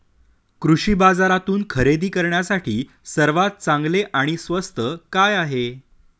कृषी बाजारातून खरेदी करण्यासाठी सर्वात चांगले आणि स्वस्त काय आहे?